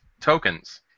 tokens